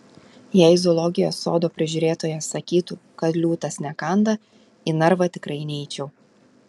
jei zoologijos sodo prižiūrėtojas sakytų kad liūtas nekanda į narvą tikrai neičiau